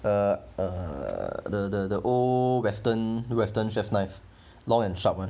uh uh the the old western western chef's knife long and sharp [one]